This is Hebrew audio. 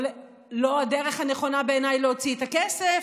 לא הדרך הנכונה בעיניי להוציא את הכסף,